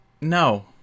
No